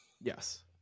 Yes